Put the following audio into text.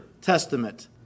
Testament